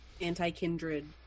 anti-kindred